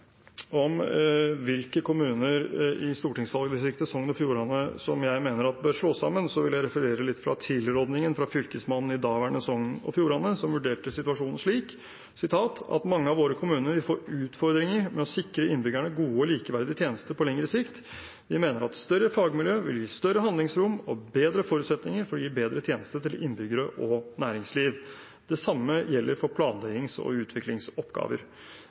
om hvilke kommuner i stortingsvalgsdistriktet Sogn og Fjordane som jeg mener bør slås sammen. Da vil jeg referere litt fra tilrådingen fra Fylkesmannen i daværende Sogn og Fjordane, som vurderte situasjonen slik: Mange av våre kommuner vil få utfordringer med å sikre innbyggerne gode og likeverdige tjenester på lengre sikt. Vi mener at større fagmiljø vil gi større handlingsrom og bedre forutsetninger for å gi bedre tjenester til innbyggere og næringsliv. Det samme gjelder for planleggings- og utviklingsoppgaver.